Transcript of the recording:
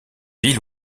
villes